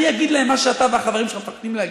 אני אגיד להם מה שאתה והחברים שלך מפחדים להגיד.